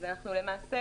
אנחנו למעשה